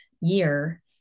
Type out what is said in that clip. year